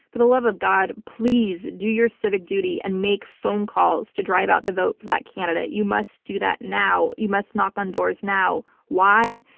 for the love of god please do your civic duty and make phone calls to drive out the vote for that candidate. you must do that now. you must knock on doors now. why?